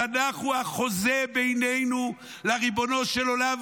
התנ"ך הוא החוזה בינינו לריבונו של עולם,